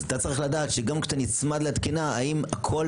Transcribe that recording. עליך לדעת שגם כשאתה נצמד לתקינה האם הכול